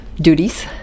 duties